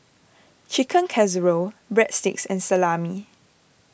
Chicken Casserole Breadsticks and Salami